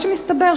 מה שמסתבר,